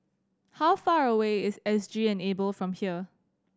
how far away is S G Enable from here